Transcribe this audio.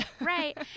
Right